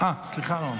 אני כאן.